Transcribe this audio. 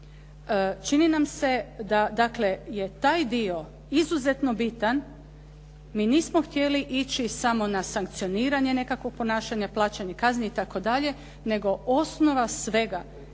Čini nam se da dakle je taj dio izuzetno bitan. Mi nismo htjeli ići samo na sankcioniranje nekakvog ponašanja, plaćanja kazni itd., nego osnova svega